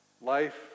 Life